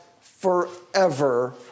forever